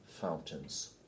fountains